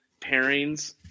pairings